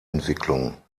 entwicklung